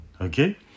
okay